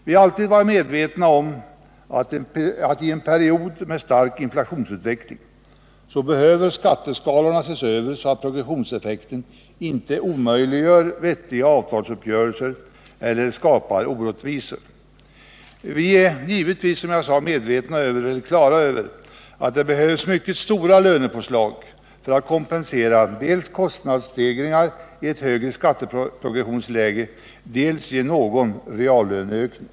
Vi har alltid varit medvetna om att skatteskalorna i en period med stark inflationsutveckling behöver ses över så att progressionseffekten inte omöjliggör vettiga avtalsuppgörelser eller skapar orättvisor. Vi har givetvis varit på det klara med att det behövs mycket stora lönepåslag för att dels kompensera kostnadsstegringar i ett högre skatteprogressionsläge, dels ge någon reallöneökning.